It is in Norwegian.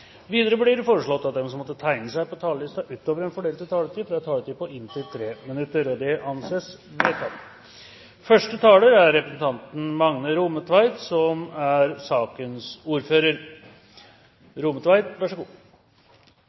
Videre blir det foreslått at de som måtte tegne seg på talerlisten utover den fordelte taletid, får en taletid på inntil 3 minutter. – Det anses vedtatt. Det er ikke noen tvil om at statsregnskapet som vanlig er